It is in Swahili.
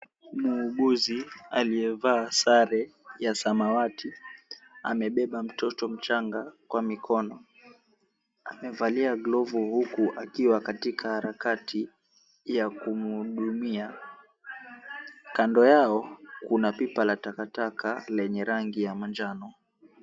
Muuguzi, aliyevaa sare ya samawati, amebeba mtoto mchanga kwa mikono. Amevalia glovu huku akiwa katika harakati ya kumhudumia. Kando yao, kuna pipa la takataka lenye rangi ya manjano.